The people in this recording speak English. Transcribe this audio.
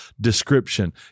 description